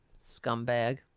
scumbag